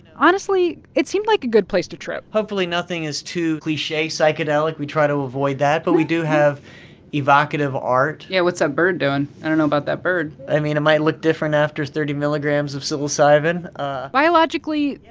honestly, it seemed like a good place to trip hopefully nothing is too cliche psychedelic. we try to avoid that. but we do have evocative art yeah, what's that ah bird doing? i don't know about that bird i mean, it might look different after thirty milligrams of psilocybin ah biologically,